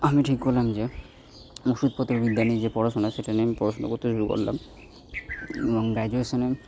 আমি ঠিক করলাম যে ওষুধপত্রের বিদ্যা নিয়ে যে পড়াশোনা সেটা নিয়ে আমি পড়শোনা করতে শুরু করলাম এবং গ্যাজুয়েশনে